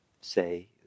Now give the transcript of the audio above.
say